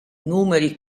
numeri